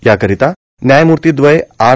याकरिता व्यायमूर्तीद्वय आर